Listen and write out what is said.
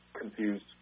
confused